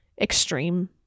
extreme